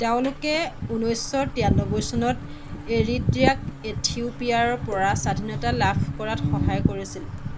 তেওঁলোকে ঊনৈছশ তিৰানব্বৈ চনত এৰিট্ৰিয়াক ইথিওপিয়াৰ পৰা স্বাধীনতা লাভ কৰাত সহায় কৰিছিল